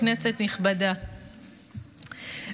כנסת נכבדה,